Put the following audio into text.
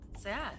sad